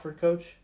coach